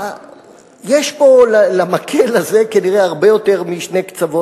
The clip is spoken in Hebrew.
יש פה למקל הזה כנראה הרבה יותר משני קצוות,